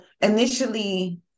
initially